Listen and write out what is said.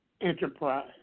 enterprise